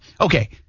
Okay